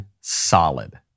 solid